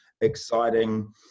exciting